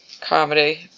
comedy